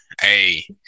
hey